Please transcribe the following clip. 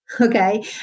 Okay